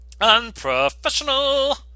unprofessional